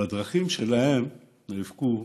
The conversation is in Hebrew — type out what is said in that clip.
בדרכים שלהן, נאבקו,